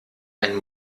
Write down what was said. ein